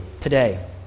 today